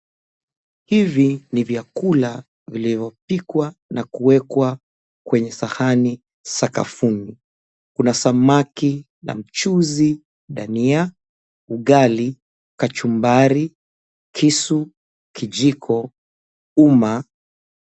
Hivi ni vyakula vilivyopikwa na kuwekwa kwenye sahani sakafuni. Kuna samaki na mchuzi, dania, ugali, kachumbari, kisu, kijiko, uma.